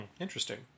interesting